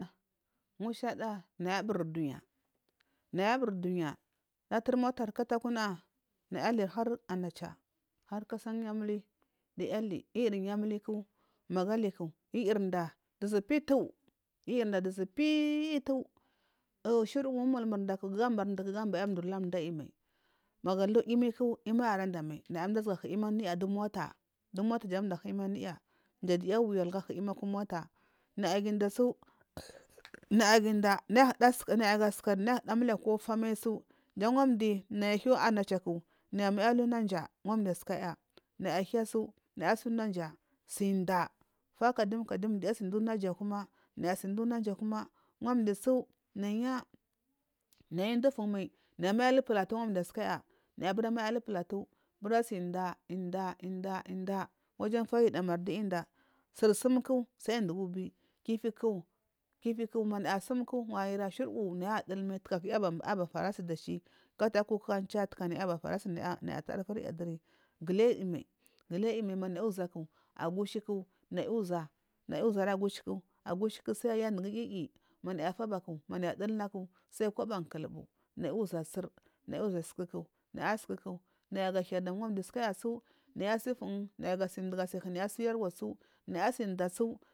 ngusha da naya aburi dunya naya aburi dunya laturi motari kotaka na naya aliri har unitsha. Har kasar nyamuli du naya ali iri yamula ku magu aluku inuda dizupitu innda dizupectu shudu ngu umulu nnda ga aɓaya mdu mduri walari mdu ayimal magu aluku iyimi avanda mai naya azuwa hu imi du mota du mota jan du mdu ahu iyimi anuya jan diya awi ara hu umota naya gida tsu naya gali inda mda ayi huda sukari ko famai su jam wanu mdi nayi ahiya unatshaku nayi amaiyi ali naija wanu umjiyi asokaya naya aluya su naya asi nayaa siyi inda fa kadum ka dum unaija kuma wani umdu su nayiya nayi inda afun mai nayi amayi ali platu wanu mdiyi askaya naya amayi ali platu su bra soyi inda inda inda wajau fay u daumavi dinaya indu siri sum ku saiduga ubiyi kifiku mana asum ku wagajura shidaka naya alumai taga ku nay aba favi asi dachi kunayu atari dufuriya diri gili ayimai amay mai manaya azuwaku. Agushi ku sai aya dugu iyi iyi kulubu. Naya uzuwa tsir naya uzu’a suku naya ga hiya dam ndanu mdu askayasu nayi gasiyi mdu ga hanaya asi ufun naya asi yarwa su